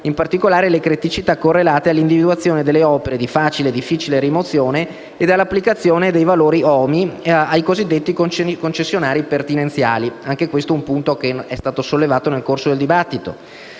in particolare le criticità correlate all'individuazione delle opere di facile o difficile rimozione e all'applicazione dei valori OMI ai cosiddetti concessionari pertinenziali. Anche questo è un punto che è stato sollevato nel corso del dibattito.